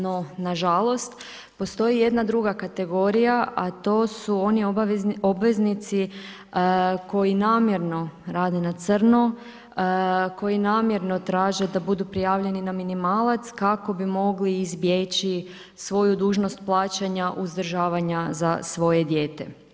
No nažalost, postoji jedna druga kategorija, a to su oni obveznici koji namjerno rade na crno, koji namjerno traže da budu prijavljeni na minimalac kako bi mogli izbjeći svoju dužnost plaćanja uzdržavanja za svoje dijete.